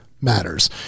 matters